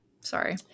Sorry